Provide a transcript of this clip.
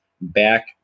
back